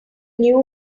knew